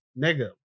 Nigga